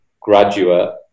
graduate